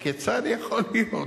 הכיצד יכול להיות,